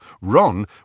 Ron